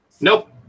Nope